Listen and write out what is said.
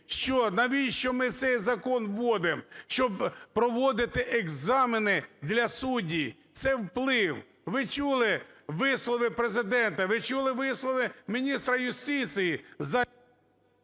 Навіщо ми цей закон вводимо? Щоб проводити екзамени для суддів? Це вплив. Ви чули вислови Президента, ви чули вислови міністра юстиції...